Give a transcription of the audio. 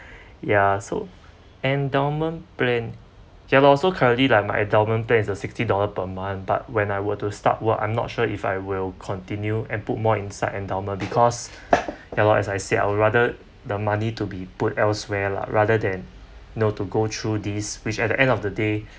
ya so endowment plan ya lor so currently like my endowment plan is a sixty dollar per month but when I were to start work I'm not sure if I will continue and put more inside endowment because ya lor as I said I would rather the money to be put elsewhere lah rather than know to go through these which at the end of the day